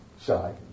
shy